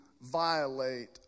violate